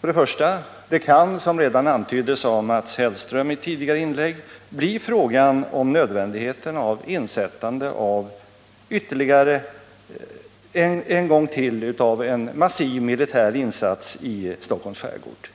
För det första kan det, som redan antytts av Mats Hellström i ett tidigare inlägg, en gång till bli nödvändigt att ta upp frågan om insättande av en massiv militär insats i Stockholms skärgård.